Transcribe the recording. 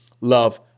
love